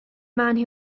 man